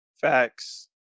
Facts